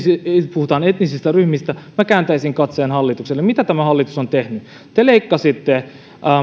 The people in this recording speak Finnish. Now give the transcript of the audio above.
puhutaan etnisistä ryhmistä minä kääntäisin katseen hallitukseen mitä tämä hallitus on tehnyt te leikkasitte